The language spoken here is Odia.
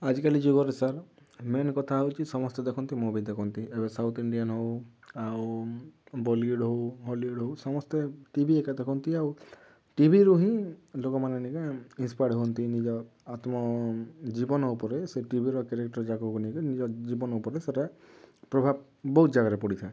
ଆଜିକାଲି ଯୁଗରେ ସାର୍ ମେନ୍ କଥା ହଉଚି ସମସ୍ତେ ଦେଖନ୍ତୁ ମୁଭି ଦେଖନ୍ତି ଏବେ ସାଉଥ୍ ଇଣ୍ଡିଆନ ହଉ ଆଉ ବଲିଉଡ଼ ହଉ ହଲିଉଡ଼ ହଉ ସମସ୍ତେ ଟି ଭି ଏକା ଦେଖନ୍ତି ଆଉ ଟିଭିରୁ ହିଁ ଲୋକମାନେ ନେଇକା ଇନସ୍ପପାୟାର୍ଡ଼ ହୁଅନ୍ତି ନିଜ ଆତ୍ମ ଜୀବନ ଉପରେ ସେ ଟିଭିର କ୍ୟାରେକ୍ଟର ଯାକକୁ ନେଇକି ନିଜ ଜୀବନ ଉପରେ ସେଇଟା ପ୍ରଭାବ ବହୁତ ଜାଗାରେ ପଡ଼ିଥାଏ